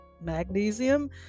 magnesium